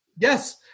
Yes